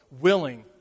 willing